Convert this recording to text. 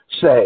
say